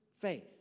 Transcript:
faith